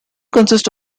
consists